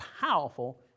powerful